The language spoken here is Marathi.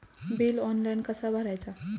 बिल ऑनलाइन कसा भरायचा?